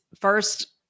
first